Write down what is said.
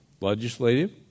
legislative